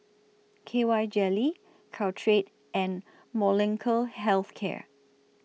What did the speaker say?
K Y Jelly Caltrate and Molnylcke Health Care